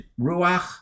Ruach